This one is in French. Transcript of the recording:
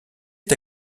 est